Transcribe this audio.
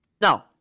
No